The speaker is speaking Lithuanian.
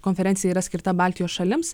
konferencija yra skirta baltijos šalims